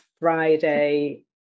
Friday